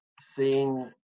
seeing